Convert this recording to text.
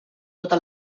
tota